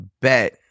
bet